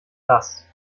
das